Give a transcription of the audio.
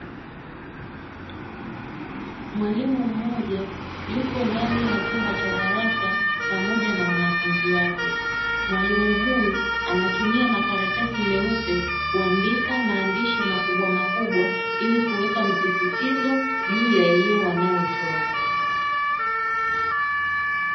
Mwalimu mmoja yupo ndani ya chumba cha darasa pamoja na wanafunzi wake, mwalimu huyu anatumia makaratasi meupe kuandika maandishi makubwamakubwa ili kuweka msisitizo juu ya elimu anayotoa.